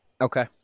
Okay